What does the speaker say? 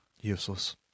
Useless